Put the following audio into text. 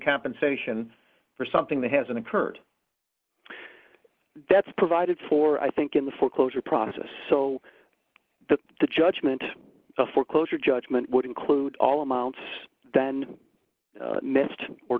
compensation for something that hasn't occurred that's provided for i think in the foreclosure process so that the judgment of foreclosure judgment would include all amounts then